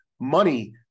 money